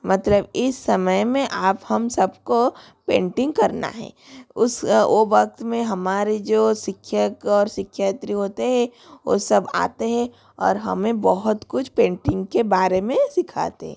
मतलब इस समय में आप हम सब को पेंटिंग करना है उस वो वक़्त में हमारे जो शिक्षक और सिख्यात्री होते है वो सब आते हैं और हमें बहुत कुछ पेंटिंग के बारे में सिखाते हैं